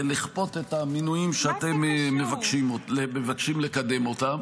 ולכפות את המינויים שאתם מבקשים לקדם אותם?